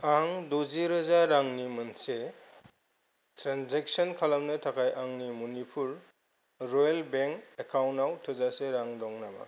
आं दजि रोजा रांनि मोनसे ट्रेनजेक्सन खालामनो थाखाय आंनि मनिपुर रुरेल बेंक एकाउन्टाव थोजासे रां दं नामा